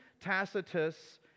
Tacitus